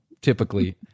typically